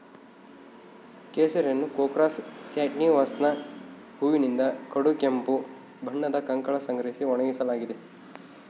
ಕೇಸರಿಯನ್ನುಕ್ರೋಕಸ್ ಸ್ಯಾಟಿವಸ್ನ ಹೂವಿನಿಂದ ಕಡುಗೆಂಪು ಬಣ್ಣದ ಕಳಂಕ ಸಂಗ್ರಹಿಸಿ ಒಣಗಿಸಲಾಗಿದೆ